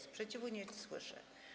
Sprzeciwu nie słyszę.